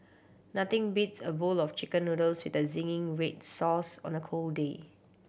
nothing beats a bowl of Chicken Noodles with a zingy weed sauce on a cold day